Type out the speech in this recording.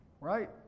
Right